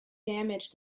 damage